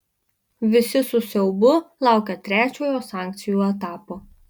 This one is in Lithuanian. visi su siaubu laukia trečiojo sankcijų etapo